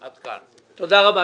תודה רבה.